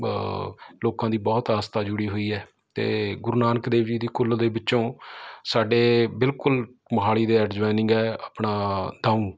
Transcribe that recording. ਲੋਕਾਂ ਦੀ ਬਹੁਤ ਆਸਥਾ ਜੁੜੀ ਹੋਈ ਹੈ ਅਤੇ ਗੁਰੂ ਨਾਨਕ ਦੇਵ ਜੀ ਦੀ ਕੁੱਲ ਦੇ ਵਿੱਚੋਂ ਸਾਡੇ ਬਿਲਕੁਲ ਮੋਹਾਲੀ ਦੇ ਐਡਜੋਇਨਿੰਗ ਹੈ ਆਪਣਾ ਦਾਊਂ